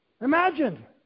Imagine